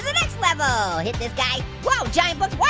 next level. hit this guy. whoa, giant books.